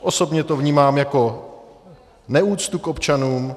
Osobně to vnímám jako neúctu k občanům.